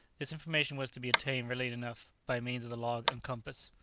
this information was to be obtained readily enough by means of the log and compass,